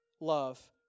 love